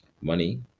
money